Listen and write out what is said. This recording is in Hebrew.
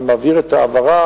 אני מבהיר את ההבהרה,